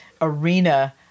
arena